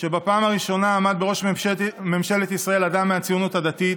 שבפעם הראשונה עמד בראש ממשלת ישראל אדם מהציוניות הדתית,